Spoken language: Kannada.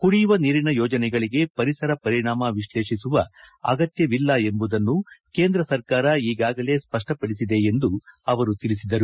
ಕುಡಿಯುವ ನೀರಿ ಯೋಜನೆಗಳಿಗೆ ಪರಿಸರ ಪರಿಣಾಮ ವಿಶ್ಲೇಷಿಸುವ ಅಗತ್ತವಿಲ್ಲ ಎಂಬುದನ್ನು ಕೇಂದ್ರ ಸರ್ಕಾರ ಈಗಾಗಲೇ ಸ್ಪಷ್ಟಪಡಿಸಿದೆ ಎಂದು ಅವರು ತಿಳಿಸಿದರು